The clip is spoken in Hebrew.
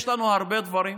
יש לנו הרבה דברים.